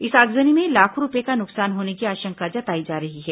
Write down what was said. इस आगजनी में लाखों रूपये का नुकसान होने की आशंका जताई जा रही है